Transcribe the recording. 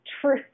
true